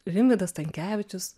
rimvydas stankevičius